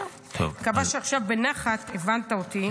זהו, מקווה שעכשיו, בנחת, הבנת אותי.